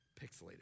pixelated